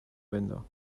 window